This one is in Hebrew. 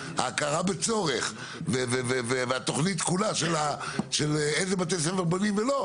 ההכרה בצורך והתוכנית כולה של איזה בתי ספר בונים או לא?